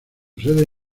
sede